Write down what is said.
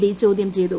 D ചോദ്യം ചെയ്തു